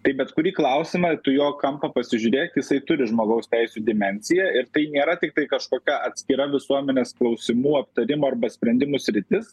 tai bet kurį klausimą tu jo kampą pasižiūrėk jisai turi žmogaus teisių dimensiją ir tai nėra tiktai kažkokia atskira visuomenės klausimų aptarimo arba sprendimų sritis